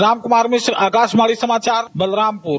रामकुमार मिश्रा आकाशवाणी समाचार बलरामपुर